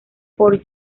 por